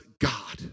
God